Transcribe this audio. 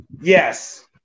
Yes